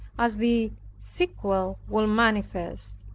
as the sequel will manifest.